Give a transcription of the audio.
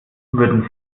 würden